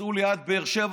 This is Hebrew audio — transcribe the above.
סעו ליד באר שבע,